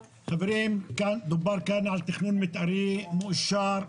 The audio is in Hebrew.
חברים, כאן דובר על תכנון מתארי מאושר,